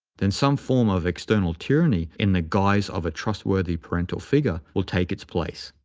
then some form of external tyranny in the guise of trustworthy parental figure will take its place.